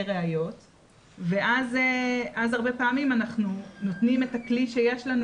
ראיות ואז הרבה פעמים אנחנו נותנים את הכלי שיש לנו